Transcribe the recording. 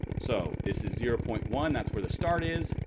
so this is zero point one. that's where the start is.